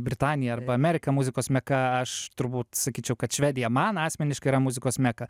britaniją arba ameriką muzikos meka aš turbūt sakyčiau kad švedija man asmeniškai yra muzikos meka